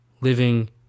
living